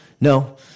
no